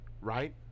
right